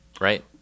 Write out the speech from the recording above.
Right